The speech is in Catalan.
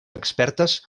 expertes